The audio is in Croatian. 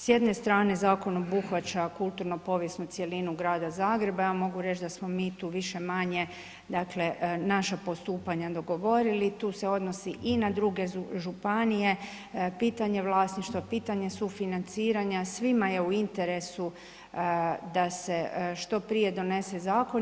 S jedne strane zakon obuhvaća kulturno-povijesnu cjelinu grada Zagreba, ja mogu reći da smo mi tu više-manje naša postupanja dogovoriti, tu se odnosi i na druge županije pitanje vlasništva, pitanje sufinanciranja, svima je u interesu da se što prije donose zakon.